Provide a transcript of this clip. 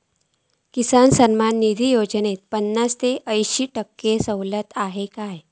किसान सन्मान निधी योजनेत पन्नास ते अंयशी टक्के सवलत आसा काय?